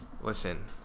Listen